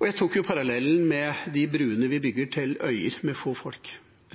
Jeg drar parallellen til de bruene vi bygger til øyer med få folk,